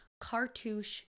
cartouche